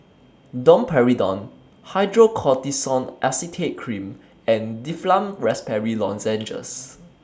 Domperidone Hydrocortisone Acetate Cream and Difflam Raspberry Lozenges